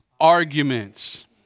arguments